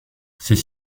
ces